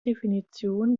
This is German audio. definition